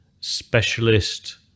Specialist